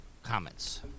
comments